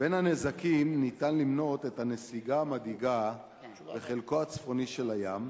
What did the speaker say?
בין הנזקים ניתן למנות את הנסיגה המדאיגה בחלקו הצפוני של הים,